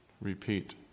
repeat